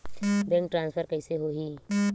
Bank transfer कइसे होही?